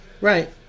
Right